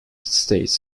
states